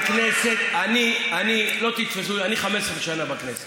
אני 15 שנה בכנסת.